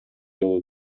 жолу